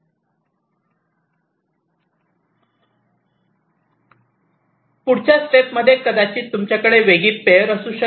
पुढच्या स्टेप मध्ये कदाचित तुमच्याकडे वेगळी पेयर असू शकते